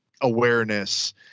awareness